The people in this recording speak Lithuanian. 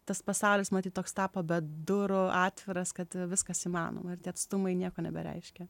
tas pasaulis matyt toks tapo be durų atviras kad viskas įmanoma ir tie atstumai nieko nebereiškia